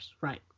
right